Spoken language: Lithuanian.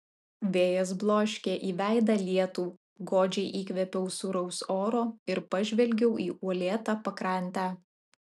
vėjas bloškė į veidą lietų godžiai įkvėpiau sūraus oro ir pažvelgiau į uolėtą pakrantę